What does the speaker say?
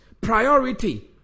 priority